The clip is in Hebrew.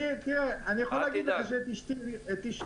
אני יכול להגיד לך שאת אשתי הרגעתי,